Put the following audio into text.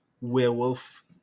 werewolf